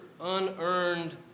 unearned